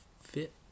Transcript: fit